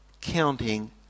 counting